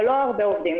אבל לא הרבה עובדים.